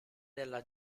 della